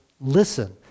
listen